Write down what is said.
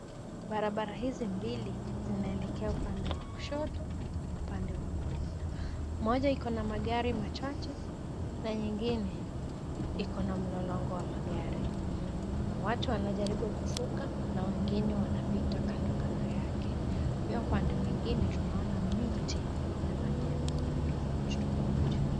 Barabara hizi mbili zinaelekea upande wa kushoto na upande wa kulia. Moja ikona magari machache na nyingine ikona mlolongo wa magari. Kuna watu wanajaribu kuvuka na wengine wanapita kando kando yake. Pia upande mwingine tunaona miti na majengo tofuati tofauti.